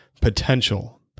potential